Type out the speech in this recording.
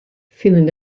vielen